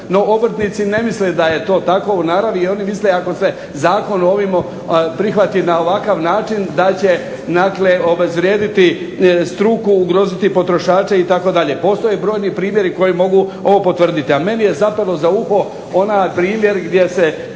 No, obrtnici ne misle da je to tako u naravi. Oni misle da ako se zakon ovim prihvati na ovakav način, da će, dakle obezvrijediti struku, ugroziti potrošače itd. Postoje brojni primjeri koji mogu ovo potvrditi. A meni je zapelo za uho onaj primjer gdje se